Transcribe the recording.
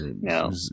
no